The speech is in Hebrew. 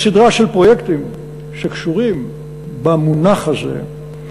יש סדרה של פרויקטים שקשורים במונח הזה,